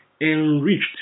enriched